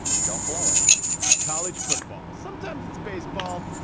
but don't blow it college football. sometimes it's baseball.